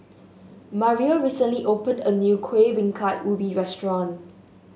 Mario recently opened a new Kueh Bingka Ubi restaurant